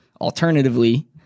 Alternatively